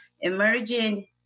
emerging